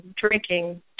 drinking